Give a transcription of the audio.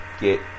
get